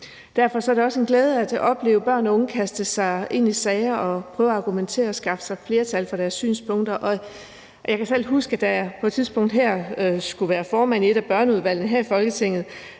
Derfor er det også en glæde at opleve børn og unge kaste sig ind i sager og prøve at argumentere og skaffe sig flertal for deres synspunkter. Jeg kan i hvert fald huske, at jeg, da jeg på et tidspunkt skulle være formand i et af børneudvalgene her i Folketinget,